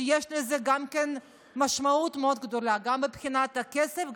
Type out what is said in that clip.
ויש לזה משמעות מאוד גדולה גם מבחינת הכסף,